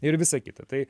ir visa kita tai